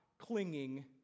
clinging